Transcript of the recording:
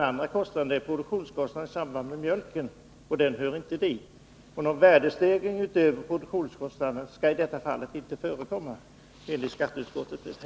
Övriga kostnader är utgifter för mjölkproduktionen, och de hör inte dit. Någon värdestegring utöver produktionskostnaderna skall enligt skatteutskottets betänkande inte förekomma i detta fall.